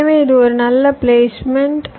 எனவே இது ஒரு நல்ல பிளேஸ்மெண்ட்